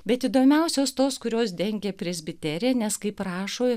bet įdomiausios tos kurios dengė presbiteriją nes kaip rašo